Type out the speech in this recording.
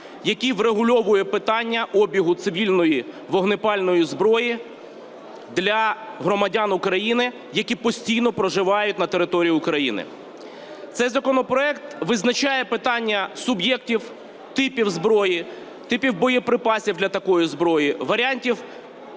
який врегульовує питання обігу цивільної вогнепальної зброї для громадян України, які постійно проживають на території України. Цей законопроект визначає питання суб'єктів, типів зброї, типів боєприпасів для такої зброї, варіантів